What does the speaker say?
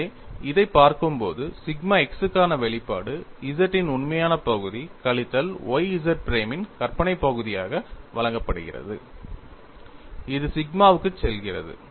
எனவே இதைப் பார்க்கும்போது சிக்மா x க்கான வெளிப்பாடு Z இன் உண்மையான பகுதி கழித்தல் y Z பிரைமின் கற்பனைப் பகுதியாக வழங்கப்படுகிறது அது சிக்மாவுக்குச் செல்கிறது